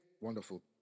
wonderful